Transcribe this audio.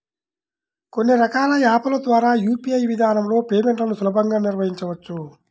కొన్ని రకాల యాప్ ల ద్వారా యూ.పీ.ఐ విధానంలో పేమెంట్లను సులభంగా నిర్వహించవచ్చు